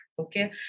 Okay